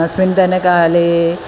अस्मिन्तनकाले